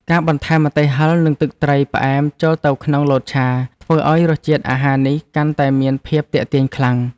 ការបន្ថែមម្ទេសហឹរនិងទឹកត្រីផ្អែមចូលទៅក្នុងលតឆាធ្វើឱ្យរសជាតិអាហារនេះកាន់តែមានភាពទាក់ទាញខ្លាំង។